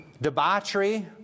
debauchery